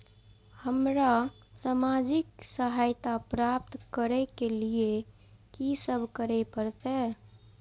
हमरा सामाजिक सहायता प्राप्त करय के लिए की सब करे परतै?